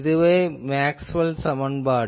இதுவே பொதுமைப்படுத்தப்பட்ட மேக்ஸ்வெல் சமன்பாட்டு